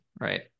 Right